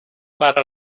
para